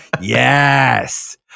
yes